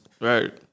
Right